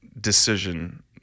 decision